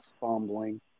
fumbling